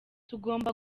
tugomba